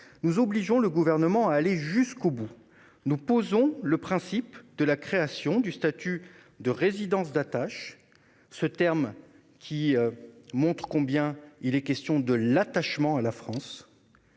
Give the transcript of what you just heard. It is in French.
nous obligeons le Gouvernement à aller jusqu'au bout. Nous posons le principe de la création du statut de résidence d'attache- ce terme montre combien il est question d'attachement à la France.